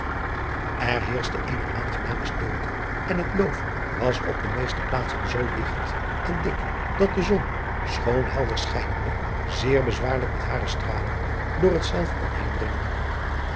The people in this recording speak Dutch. r heerschte eene aangename stilte en het loof was op de meeste plaatsen zoo digt en dik dat de zon schoon helder schijnende zeer bezwaarlijk met hare stralen door hetzelve kon heen dringen